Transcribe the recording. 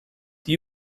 die